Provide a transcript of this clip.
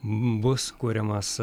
bus kuriamas